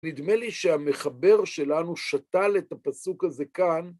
נדמה לי שהמחבר שלנו שתל את הפסוק הזה כאן.